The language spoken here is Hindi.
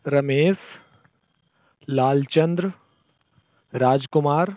रमेस लालचंद्र राजकुमार